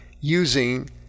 using